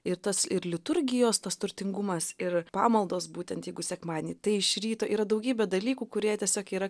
ir tas ir liturgijos tas turtingumas ir pamaldos būtent jeigu sekmadienį tai iš ryto yra daugybė dalykų kurie tiesiog yra